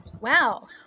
wow